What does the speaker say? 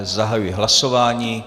Zahajuji hlasování.